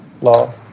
law